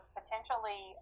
potentially